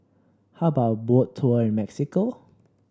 how about a Boat Tour in Mexico